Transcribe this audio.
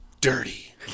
Dirty